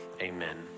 Amen